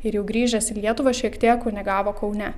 ir jau grįžęs į lietuvą šiek tiek kunigavo kaune